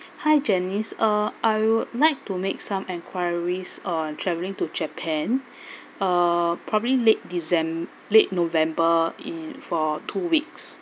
hi janice uh I would like to make some enquiries uh travelling to japan uh probably late december late november in for two weeks